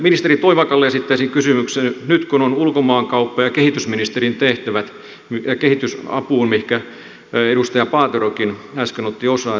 ministeri toivakalle esittäisin kysymyksen nyt kun on ulkomaankauppa ja kehitysministerin tehtävät kehitysavusta mihinkä edustaja paaterokin äsken otti osaa